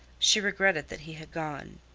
she regretted that he had gone.